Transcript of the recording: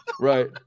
right